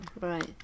right